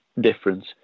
difference